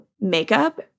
makeup